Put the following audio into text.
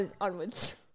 onwards